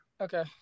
Okay